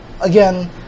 again